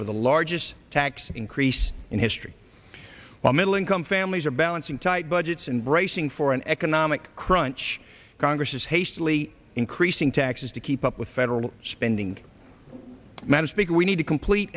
for the largest tax increase in history while middle income families are balancing tight budgets and bracing for an economic crunch congress is hastily increasing taxes to keep up with federal spending that is big we need to complete